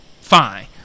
fine